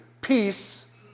peace